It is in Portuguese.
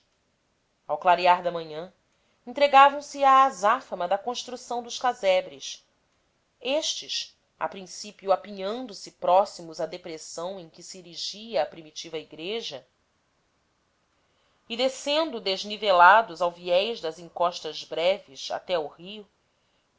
ao clarear da manhã entregavam se à azáfama da construção dos casebres estes a princípio apinhando se próximos à depressão em que se erigia a primitiva igreja e descendo desnivelados ao viés das encostas breves até